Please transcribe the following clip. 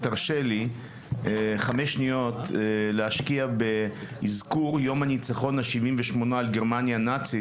הרשה לי להשקיע חמש שניות באזכור יום הניצחון ה-78 על גרמניה הנאצית.